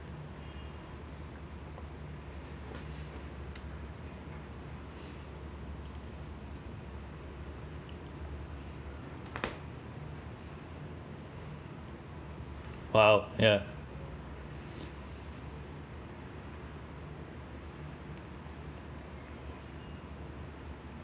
!wow! ya